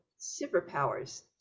superpowers